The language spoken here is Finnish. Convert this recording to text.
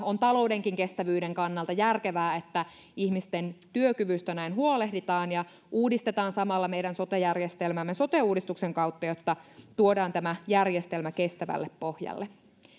on taloudenkin kestävyyden kannalta järkevää että ihmisten työkyvystä näin huolehditaan ja uudistetaan samalla meidän sote järjestelmämme sote uudistuksen kautta jotta tuodaan tämä järjestelmä kestävälle pohjalle